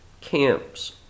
camps